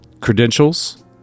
credentials